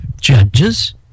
judges